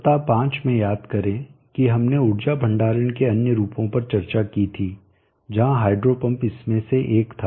सप्ताह 5 में याद करें कि हमने ऊर्जा भंडारण के अन्य रूपों पर चर्चा की थी जहां हाइड्रो पंप इसमें से एक था